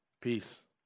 peace